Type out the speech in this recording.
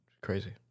Crazy